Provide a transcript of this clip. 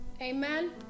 amen